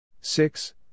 Six